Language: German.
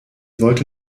wollte